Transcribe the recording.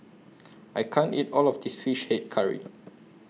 I can't eat All of This Fish Head Curry